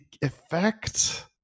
effect